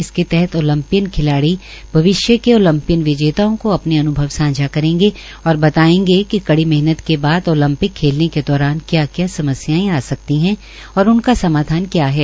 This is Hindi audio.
इस पहल के तहत ओलंपियन खिलाड़ी भविष्य के ओलंपियन विजेताओं को अपने अन्भव शेयर करेंगे और बताएगी कि कड़ी मेहनत के बाद ओलंपिक खेलने के दौरान क्या क्या समस्याएं आ सकती हैं और उनका समाधान क्या है